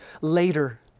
later